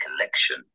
collection